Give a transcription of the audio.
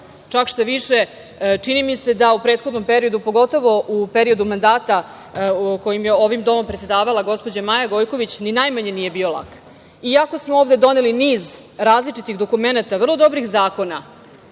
Čak šta više, čini mi se da u prethodnom periodu, pogotovo u periodu mandata u kojem je ovim domom predsedavala gospođa Maja Gojković ni najmanje nije bio lak. Iako smo ovde doneli niz različitih dokumenata, vrlo dobrih zakona,